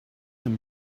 him